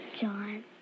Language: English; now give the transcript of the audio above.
John